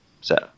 set